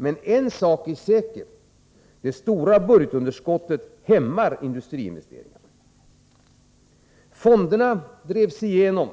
Men en sak är säker: Det stora budgetunderskottet hämmar industriinvesteringarna. Fonderna drevs igenom,